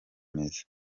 meza